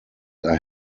are